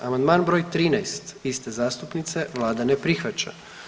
Amandman br. 13 iste zastupnice, Vlada ne prihvaća.